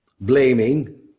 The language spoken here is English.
blaming